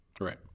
Right